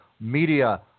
Media